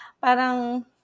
Parang